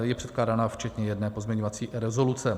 Je předkládána včetně jedné pozměňující rezoluce.